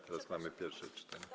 Teraz mamy pierwsze czytanie.